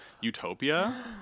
Utopia